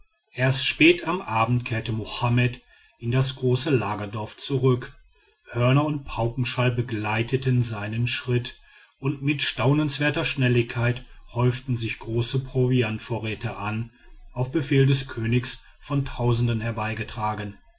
erst spät am abend kehrte mohammed in das große lagerdorf zurück hörner und paukenschall begleiteten seine schritte und mit staunenswerter schnelligkeit häuften sich große proviantvorräte an auf befehl des königs von tausenden herbeigetragen